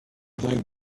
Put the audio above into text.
think